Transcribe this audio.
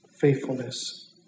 faithfulness